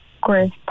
great